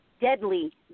deadly